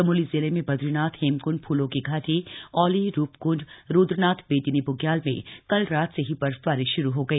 चमोली जिले में बद्रीनाथ हेमक्ंड फूलों की घाटी औली रूपक्ंड रुद्रनाथ बेदिनी ब्ग्याल में कल रात से ही बर्फबारी श्र हो गई